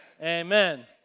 Amen